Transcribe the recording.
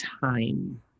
time